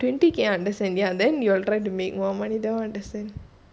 ah twenty K understand then you are trying to make more money that [one] I understand